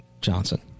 johnson